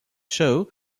show